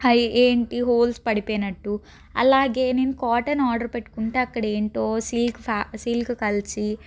ఏంటి హోల్స్ పడిపోయినట్టు అలాగే నేను కాటన్ ఆర్డర్ పెట్టుకుంటే అక్కడ ఏంటో సిల్క్ సిల్కు కలిసి